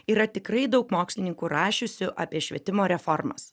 yra tikrai daug mokslininkų rašiusių apie švietimo reformas